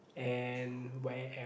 and where else